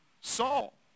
Saul